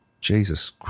Jesus